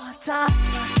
time